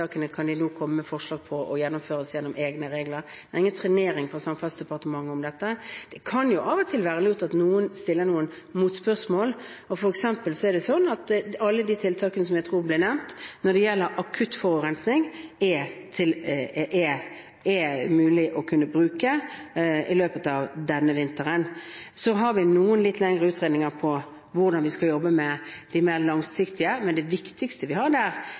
kan de nå komme med forslag om og gjennomføre gjennom egne regler. Det er ingen trenering fra Samferdselsdepartementet av dette. Det kan av og til være lurt at noen stiller noen motspørsmål. For eksempel er alle tiltakene jeg tror ble nevnt, mulige å bruke i løpet av denne vinteren når det gjelder akutt forurensning. Så har vi noen litt lengre utredninger om hvordan vi skal jobbe med det mer langsiktige. Det viktigste vi har der, er